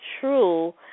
true